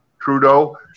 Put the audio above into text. Trudeau